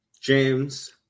James